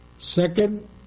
Second